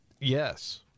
yes